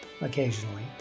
occasionally